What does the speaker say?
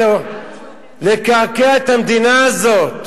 לקעקע את המדינה הזאת,